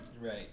Right